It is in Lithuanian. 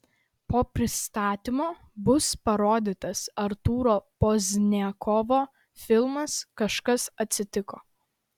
po pristatymo bus parodytas artūro pozdniakovo filmas kažkas atsitiko